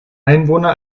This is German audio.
einwohner